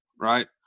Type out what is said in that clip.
right